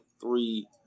three